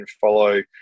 follow